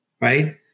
Right